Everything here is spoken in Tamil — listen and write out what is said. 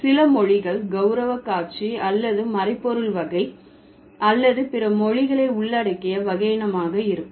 சில மொழிகள் கௌரவ காட்சி அல்லது மறைபொருள் வகை அல்லது பிற மொழிகளை உள்ளடக்கிய வகையினமாக இருக்கும்